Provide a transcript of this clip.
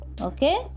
okay